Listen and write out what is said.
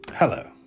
Hello